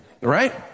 right